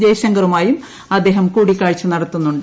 ജയശങ്കറുമായും അദ്ദേഹം കൂടിക്കാഴ്ച നടത്തുന്നുണ്ട്